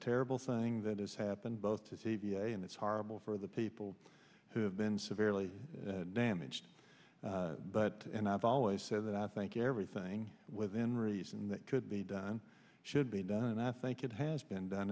terrible thing that has happened both to see v a and it's horrible for the people who have been severely damaged but and i've always said that i think everything within reason that could be done should be done and i think it has been done